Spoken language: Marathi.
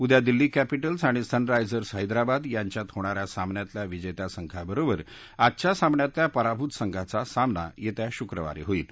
उद्या दिल्ली कॅपिटल्स आणि सनरायजर्स हैदराबाद यांच्यात होणाऱ्या सामन्यातल्या विजेत्या संघाबरोबर आजच्या सामन्यातल्या पराभूत संघाचा सामना येत्या शुक्रवारी होईल